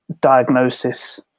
diagnosis